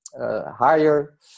higher